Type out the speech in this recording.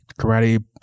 karate